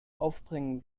aufbringen